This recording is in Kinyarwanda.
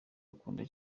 akunda